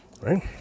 Right